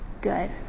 good